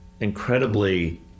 incredibly